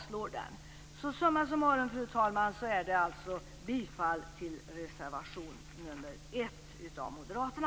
Summa summarum, fru talman, yrkar jag bifall till reservation 1 av moderaterna.